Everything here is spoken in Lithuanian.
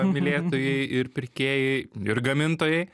mylėtojai ir pirkėjai ir gamintojai